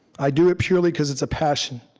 i do it purely cause it's a passion.